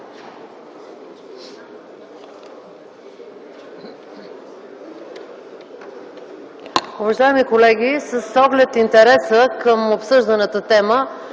Уважаеми колеги, с оглед интереса към обсъжданата тема,